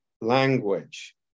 language